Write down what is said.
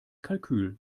kalkül